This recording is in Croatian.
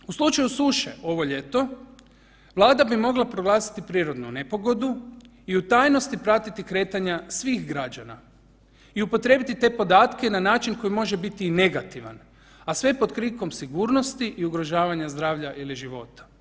Npr. u slučaju suše ovo ljeto, Vlada bi mogla proglasiti prirodnu nepogodu i u tajnosti pratiti kretanja svih građana i upotrijebiti te podatke na način koji može biti i negativan, a sve pod krinkom sigurnosti i ugrožavanja zdravlja ili života.